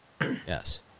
Yes